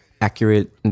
accurate